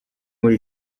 muri